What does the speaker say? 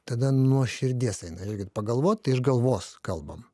tada nuo širdies eina pagalvot tai iš galvos kalbam